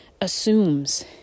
assumes